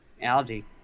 algae